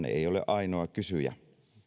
ei ole ainoa kysyjä